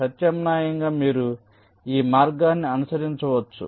ప్రత్యామ్నాయంగా మీరు ఈ మార్గాన్ని అనుసరించ వచ్చు